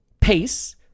pace